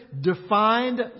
defined